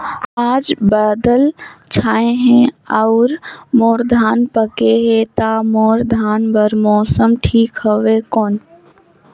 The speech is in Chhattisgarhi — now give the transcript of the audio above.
आज बादल छाय हे अउर मोर धान पके हे ता मोर धान बार मौसम ठीक हवय कौन?